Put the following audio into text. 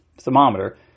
thermometer